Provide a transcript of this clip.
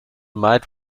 might